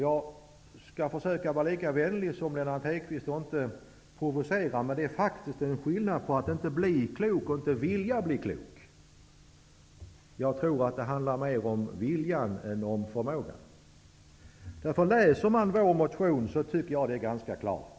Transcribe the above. Jag skall försöka vara lika vänlig som Lennart Hedquist och inte låta provocerande, men det är faktiskt en skillnad mellan att bli klok och att inte vilja bli klok. Jag tror att det här handlar mer om viljan än om förmågan. Om man läser vår motion, framgår det hela ganska klart.